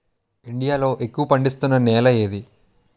India లో ఎక్కువ పండిస్తున్నా నేల ఏది?